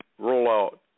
rollout